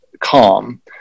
calm